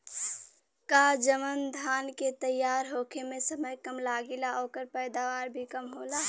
का जवन धान के तैयार होखे में समय कम लागेला ओकर पैदवार भी कम होला?